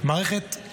הרב לוי,